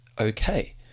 okay